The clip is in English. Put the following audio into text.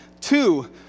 Two